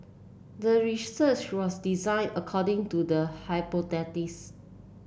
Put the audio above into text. the research was designed according to the hypothesis